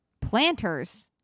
Planters